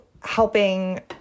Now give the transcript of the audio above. helping